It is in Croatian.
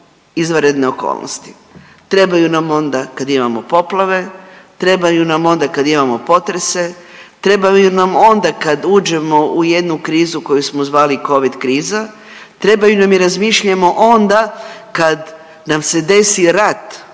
izvanredne okolnosti, trebaju nam onda kad imamo poplave, trebaju nam onda kad imamo potrese, trebaju nam onda kad uđemo u jednu krizu koju smo zvali covid kriza, trebaju nam i razmišljamo onda kad nam se desi rat